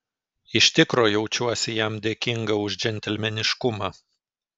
iš tikro jaučiuosi jam dėkinga už džentelmeniškumą